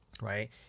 Right